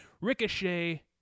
Ricochet